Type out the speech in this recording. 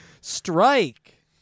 Strike